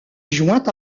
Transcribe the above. joint